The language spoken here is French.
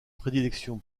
prédilection